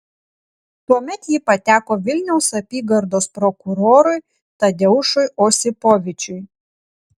tuomet ji pateko vilniaus apygardos prokurorui tadeušui osipovičiui